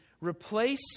replace